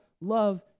love